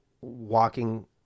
walking